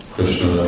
Krishna